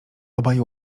obaj